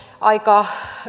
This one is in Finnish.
aika